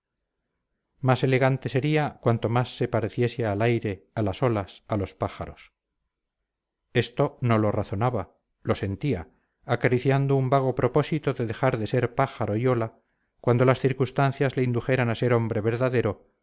más elegante sería cuanto más se pareciese al aire a las olas a los pájaros esto no lo razonaba lo sentía acariciando un vago propósito de dejar de ser pájaro y ola cuando las circunstancias le indujeran a ser hombre verdadero